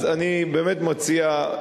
אז אני באמת מציע,